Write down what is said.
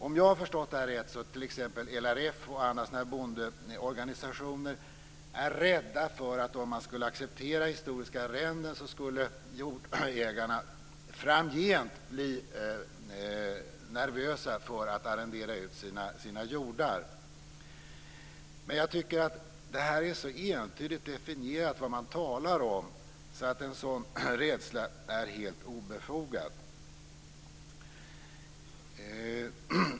Om jag har förstått det rätt är t.ex. LRF och andra bondeorganisationer rädda för att om man skulle acceptera historiska arrenden så skulle jordägarna framgent bli nervösa för att arrendera ut sina jordar. Men jag tycker att det är så entydigt definierat vad man talar om att en sådan rädsla är helt obefogad.